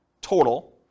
total